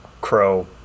crow